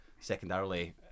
secondarily